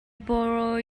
borrow